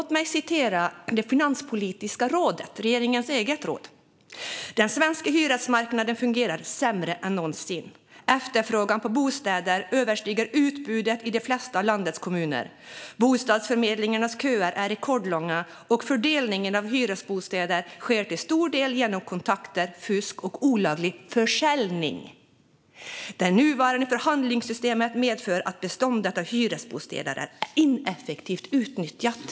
Låt mig citera Finanspolitiska rådet, regeringens eget råd: "Den svenska hyresmarknaden fungerar sämre än någonsin. Efterfrågan på bostäder överstiger utbudet i de flesta av landets kommuner, bostadsförmedlingarnas köer är rekordlånga och fördelningen av hyresbostäder sker till stor del genom kontakter, fusk och olaglig försäljning. Det nuvarande förhandlingssystemet medför att beståndet av hyresbostäder är ineffektivt utnyttjat."